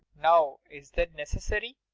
now, is that necessary?